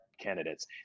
candidates